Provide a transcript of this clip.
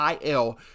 IL